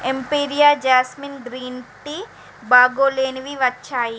ఎంపీరియా jasmine green tea బాగోలేనివి వచ్చాయి